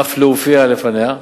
אף להופיע בפניה.